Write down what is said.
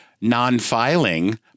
non-filing